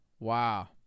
Wow